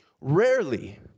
Rarely